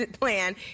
plan